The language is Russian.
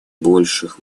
больших